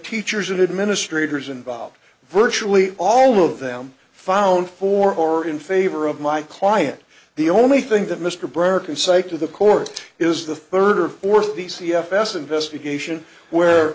teachers and administrators involved virtually all of them found four in favor of my client the only thing that mr burke can say to the court is the third or fourth the c f s investigation where